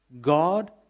God